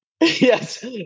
Yes